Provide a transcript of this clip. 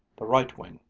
the right wing,